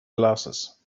glasses